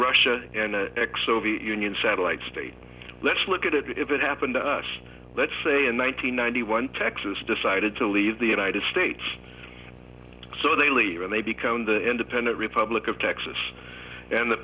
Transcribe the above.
russia and x o v union satellite state let's look at it if it happened to us let's say in one thousand nine hundred one texas decided to leave the united states so they leave and they become the independent republic of texas and the